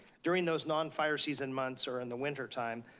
during those non-fire season months, or in the wintertime,